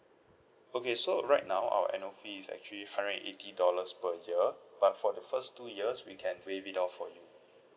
okay so right now our annual fee is actually hundred and eighty dollars per year but for the first two years we can waive it off for you